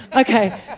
Okay